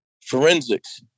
forensics